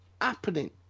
happening